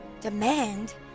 demand